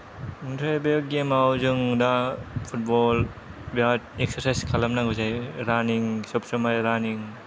ओमफ्राय बे गेमाव जों दा फुटबल बेराद एक्सारसाइस खालामनांगौ जायो रानिं सब समाय रानिं